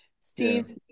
Steve